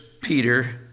Peter